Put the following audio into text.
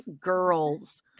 girls